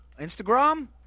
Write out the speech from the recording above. Instagram